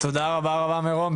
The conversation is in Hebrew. תודה רבה מירום.